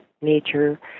nature